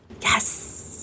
Yes